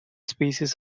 species